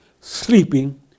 sleeping